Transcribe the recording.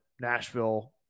Nashville